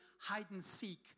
hide-and-seek